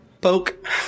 Poke